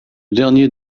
dernier